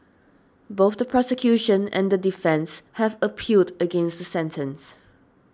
both the prosecution and the defence have appealed against the sentence